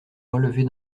relevés